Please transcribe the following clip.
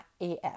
AF